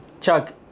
Chuck